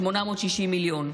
860 מיליון.